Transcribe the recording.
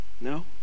no